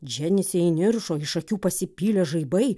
dženisė įniršo iš akių pasipylė žaibai